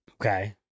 Okay